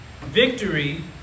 Victory